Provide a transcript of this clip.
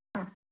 ആ